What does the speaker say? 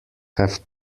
have